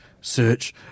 search